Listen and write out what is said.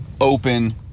open